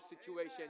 situation